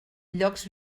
llocs